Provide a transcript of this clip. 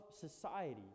society